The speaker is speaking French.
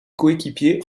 coéquipiers